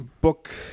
book